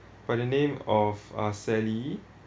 for the name of ah sally